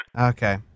Okay